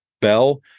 bell